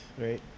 right